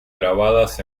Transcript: grabadas